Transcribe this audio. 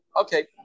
Okay